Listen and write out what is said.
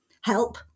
help